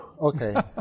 Okay